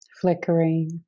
flickering